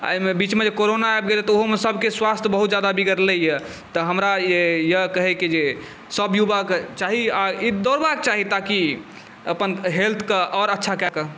एहिमे बीचमे जे कोरोना आबि गेलै तऽ ओहोमे सबके स्वास्थ्य बहुत ज्यादा बिगड़लै हँ तऽ हमरा इएह कहैके जे सब युवाके चाही ई दौड़बाके चाही ताकि अपन हेल्थके आओर अच्छा कऽ कऽ